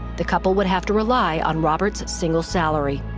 the couple would have to rely on roberts single salary.